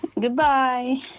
Goodbye